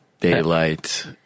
daylight